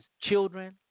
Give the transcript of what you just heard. children